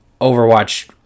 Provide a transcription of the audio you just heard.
Overwatch